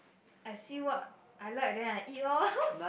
I see what I like then I eat loh